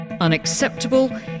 Unacceptable